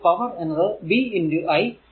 അപ്പോൾ പവർ എന്നത് v i 30 6